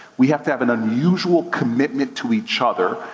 we have to have an unusual commitment to each other,